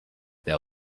there